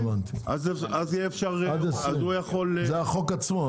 אז הוא יכול --- עד 20 זה החוק עצמו,